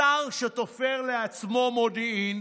השר שתופר לעצמו מודיעין